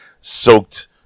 soaked